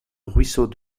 ruisseau